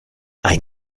ein